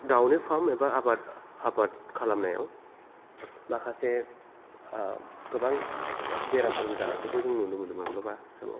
दाउनि पार्म एबा आबाद खालामनायाव माखासे गोबां बेरामफोरबो जानायखौबो जों नुनो मोनो माब्लाबा स'